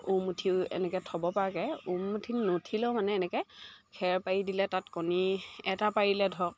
উম উঠি এনেকৈ থ'ব পৰাকৈ ওম উঠি নুঠিলেও মানে এনেকৈ খেৰ পাৰি দিলে তাত কণী এটা পাৰিলে ধৰক